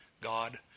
God